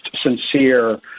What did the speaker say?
sincere